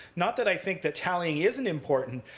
not that i think that tallying isn't important,